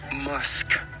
musk